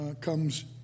comes